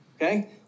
okay